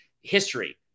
history